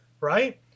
right